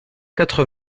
quatre